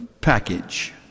package